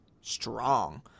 strong